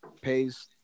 pays